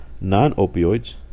non-opioids